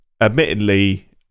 admittedly